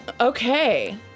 Okay